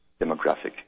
demographic